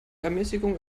ermäßigung